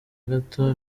gato